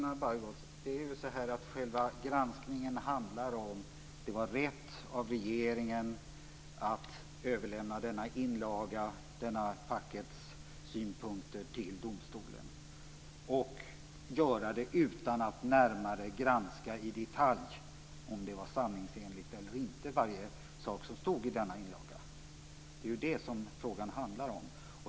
Fru talman! Själva granskningen handlar om huruvida det var rätt av regeringen att överlämna denna inlaga - dessa fackets synpunkter - till domstolen, Helena Bargholtz, och om det var rätt att göra det utan att i detalj närmare granska om varje sak som stod i denna inlaga var sanningsenlig eller inte. Det är det frågan handlar om.